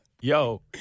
Yo